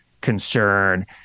concern